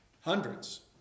hundreds